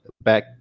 back